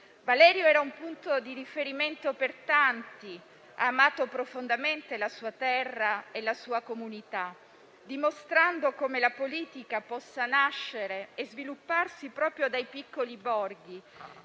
Valerio era un punto di riferimento per tanti; ha amato profondamente la sua terra e la sua comunità, dimostrando come la politica possa nascere e svilupparsi proprio dai piccoli borghi,